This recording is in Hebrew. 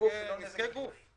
של חוזי ביטוח